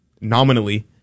nominally